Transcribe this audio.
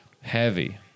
heavy